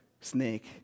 snake